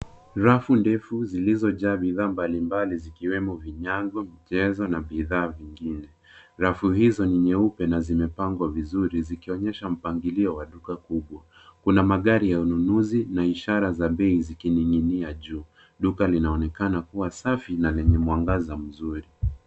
Rafu ndefu zilizojaa bidhaa mbalimbali zikiwemo vinyago jezo na bidhaa vingine. Rafu hizo ni nyeupe na zimepangwa vizuri zikionyesha mpangilio wa duka kubwa. Kuna magari ya ununuzi na ishara za bei zikining'inia juu. Duka linaonekana kuwa safi na lenye mwangaza mzuri.